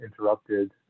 interrupted